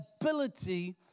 ability